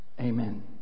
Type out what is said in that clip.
Amen